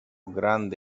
grande